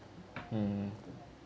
mm